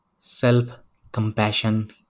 self-compassion